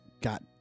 got